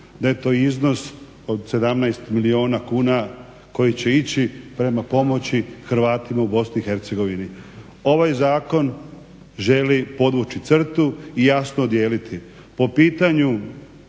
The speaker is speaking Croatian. da je to iznos od 17 milijuna kuna koji će ići prema pomoći Hrvatima u BiH. Ovaj zakon želi podvući crtu i jasno dijeliti